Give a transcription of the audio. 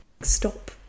stop